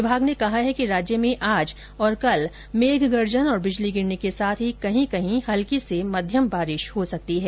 विभाग ने कहा है कि राज्य में आज और कल मेघ गर्जन और बिजली गिरने के साथ ही कईीं कहीं हल्की से मध्यम बारिश हो सकती है